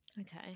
okay